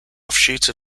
offshoot